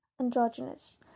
androgynous